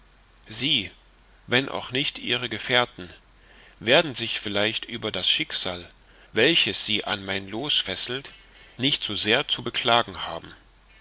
sie wenn auch nicht ihre gefährten werden sich vielleicht über das schicksal welches sie an mein loos fesselt nicht so sehr zu beklagen haben